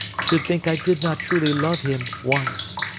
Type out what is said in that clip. should think i did not truly love him once.